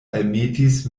almetis